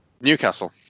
Newcastle